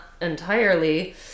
entirely